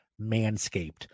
Manscaped